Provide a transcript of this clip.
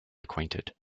acquainted